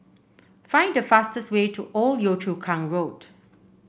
find the fastest way to Old Yio Chu Kang Road